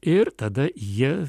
ir tada jie